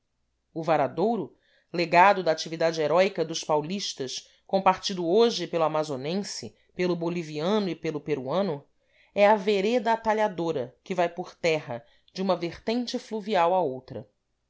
o varadouro legado da atividade heróica dos paulistas compartido hoje pelo amazonense pelo boliviano e pelo peruano é a vereda atalhadora que vai por terra de uma vertente fluvial a outra